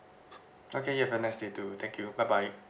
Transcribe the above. okay you have nice day too thank you bye bye